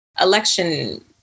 election